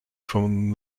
from